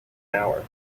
hour